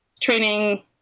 training